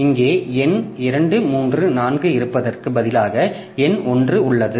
இங்கே எண் 234 இருப்பதற்கு பதிலாக எண் 1 உள்ளது